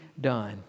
done